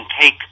take